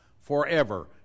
forever